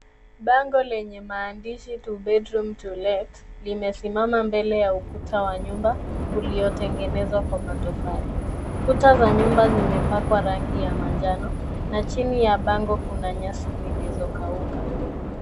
Bango lenye maandishi two bedroom to let limesimama mbele ya ukuta wa nyumba uliotengenezwa kwa matofali. Kuta za nyumba zimepakwa rangi ya manjano na chini ya bango kuna nyasi zilizokauka.